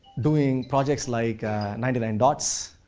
doing projects like ninety nine dots,